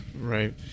Right